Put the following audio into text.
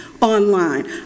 online